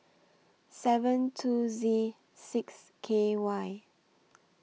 seven two Z six K Y